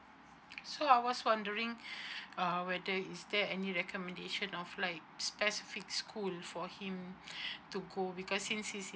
so I was wondering uh whether is there any recommendation of like specific school for him to go because since he's in